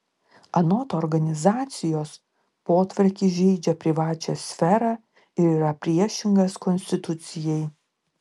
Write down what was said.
anot organizacijos potvarkis žeidžia privačią sferą ir yra priešingas konstitucijai